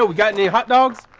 but got any hot dogs?